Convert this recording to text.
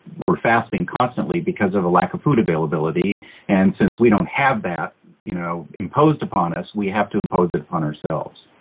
we're fasting constantly because of a lack of food availability and since we don't have that you know imposed upon us we have to impose it upon ourselves.